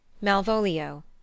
Malvolio